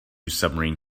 submarine